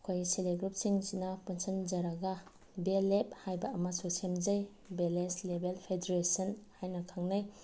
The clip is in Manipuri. ꯑꯩꯈꯣꯏꯒꯤ ꯁꯦꯜꯐ ꯍꯦꯜꯞ ꯒ꯭ꯔꯨꯞꯁꯤꯡꯁꯤꯅ ꯄꯨꯟꯁꯤꯟꯖꯔꯒ ꯚꯤ ꯑꯦꯜ ꯑꯦꯐ ꯍꯥꯏꯕ ꯑꯃꯁꯨ ꯁꯦꯝꯖꯩ ꯚꯤꯂꯦꯖ ꯂꯦꯚꯦꯜ ꯐꯦꯗꯔꯦꯁꯟ ꯍꯥꯏꯅ ꯈꯪꯅꯩ